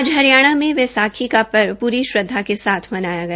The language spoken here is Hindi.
आज हरियाणा में वैसाखी का पर्व पूरी श्रदधा के साथ मनाया गया